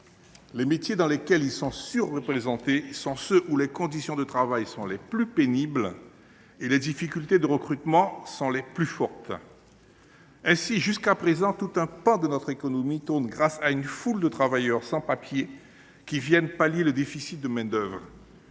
Les métiers dans lesquels ils sont surreprésentés sont ceux où les conditions de travail sont les plus pénibles et les difficultés de recrutement les plus fortes. À ce jour, tout un pan de notre économie tourne grâce à une foule de travailleurs sans papiers qui viennent pallier le déficit de main d’œuvre.